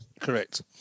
Correct